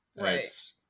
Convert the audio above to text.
right